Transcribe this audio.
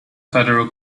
federal